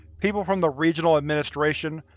people from the regional administration,